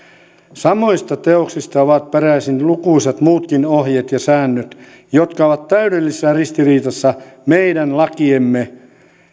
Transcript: samoista teoksista ovat peräisin lukuisat muutkin ohjeet ja säännöt jotka ovat täydellisessä ristiriidassa meidän lakiemme